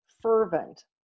fervent